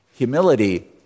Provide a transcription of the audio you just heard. Humility